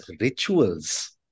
rituals